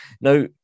Now